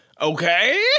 okay